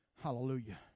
Hallelujah